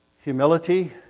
Humility